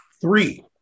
Three